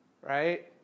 Right